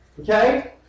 okay